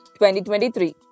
2023